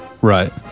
Right